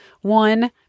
one